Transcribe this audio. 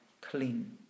clean